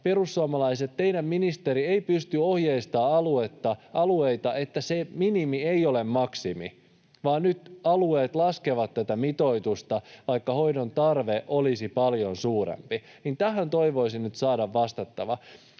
perussuomalaiset, että teidän ministerinne ei pysty ohjeistamaan alueita, että se minimi ei ole maksimi, vaan nyt alueet laskevat tätä mitoitusta, vaikka hoidon tarve olisi paljon suurempi? Tähän toivoisin nyt vastattavan.